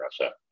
Russia